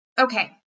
Okay